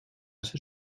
ser